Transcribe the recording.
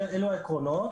העקרונות.